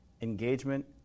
engagement